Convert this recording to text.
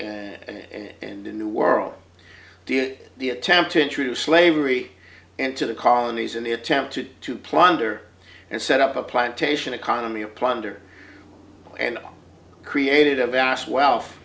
and the new world did the attempt to introduce lavery and to the colonies in the attempt to to plunder and set up a plantation economy a plunder and all created a vast wealth